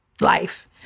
life